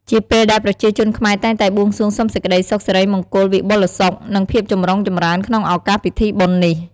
ជាពេលដែលប្រជាជនខ្មែរតែងតែបួងសួងសុំសេចក្ដីសុខ សិរីមង្គល វិបុលសុខ និងភាពចម្រុងចម្រើនក្នុងឱកាសពិធីបុណ្យនេះ។